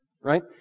right